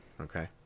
Okay